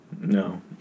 No